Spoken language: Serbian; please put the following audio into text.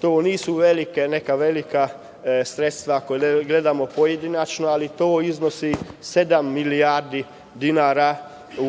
To nisu velika neka sredstva, kada gledamo pojedinačno, to iznosi sedam milijardi dinara